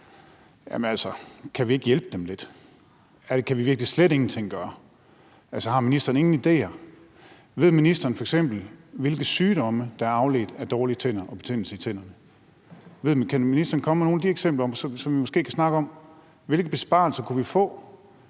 kan vi ikke hjælpe dem lidt? Kan vi virkelig slet ingenting gøre? Har ministeren ingen idéer? Ved ministeren f.eks., hvilke sygdomme der er afledt af dårlige tænder og betændelse i tænderne? Kan ministeren komme med nogle af de eksempler, så vi måske kan snakke om, hvilke besparelser vi kunne få